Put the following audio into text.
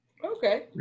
Okay